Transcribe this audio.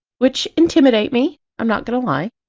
which intimidate me, i'm not going to lie!